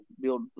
build